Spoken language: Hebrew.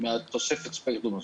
מהתוספת הזאת.